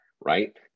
right